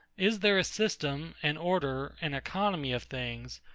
is there a system, an order, an economy of things,